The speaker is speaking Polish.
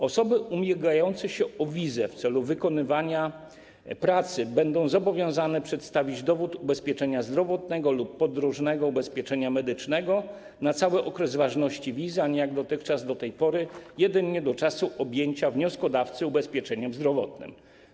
Osoby ubiegające się o wizę w celu wykonywania pracy będą zobowiązane przedstawić dowód ubezpieczenia zdrowotnego lub podróżnego ubezpieczenia medycznego na cały okres ważności wizy, a nie jak dotychczas jedynie do czasu objęcia wnioskodawcy ubezpieczeniem zdrowotnym.